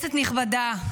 כנסת נכבדה,